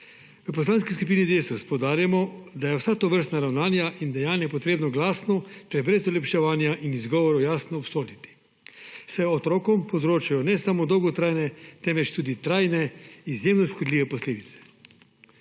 V Poslanski skupini Desus poudarjamo, da je vsa tovrstna ravnanja in dejanja potrebno glasno, torej brez olepševanja in izgovorov, jasno obsoditi, saj otrokom povzročajo ne samo dolgotrajne, temveč tudi trajne izjemno škodljive posledice.